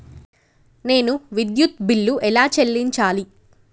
నేను విద్యుత్ బిల్లు ఎలా చెల్లించాలి?